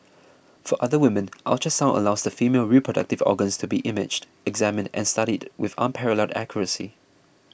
for other women ultrasound allows the female reproductive organs to be imaged examined and studied with unparalleled accuracy